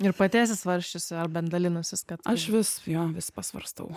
ir pati esi svarsčiusi ar bent dalinusis kad aš vis jo vis pasvarstau